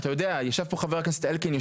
ישב פה חבר הכנסת אלקין.